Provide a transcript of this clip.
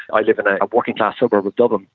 i live in a working class suburb of dublin.